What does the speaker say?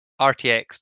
rtx